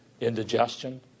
indigestion